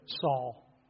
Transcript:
Saul